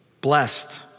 blessed